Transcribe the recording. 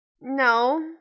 no